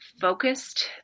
focused